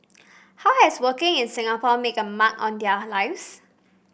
how has working in Singapore make a mark on their lives